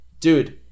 dude